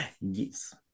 Yes